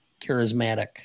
charismatic